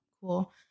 cool